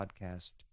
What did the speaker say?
podcast